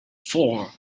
four